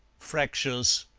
fractious,